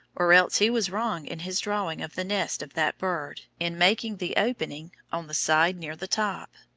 or else he was wrong in his drawing of the nest of that bird, in making the opening on the side near the top.